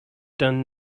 done